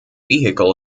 vehicle